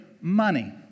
money